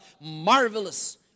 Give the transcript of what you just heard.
Marvelous